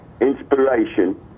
inspiration